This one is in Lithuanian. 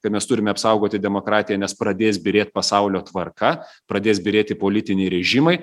kad mes turime apsaugoti demokratiją nes pradės byrėt pasaulio tvarka pradės byrėti politiniai režimai